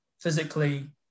physically